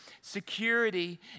security